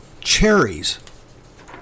cherries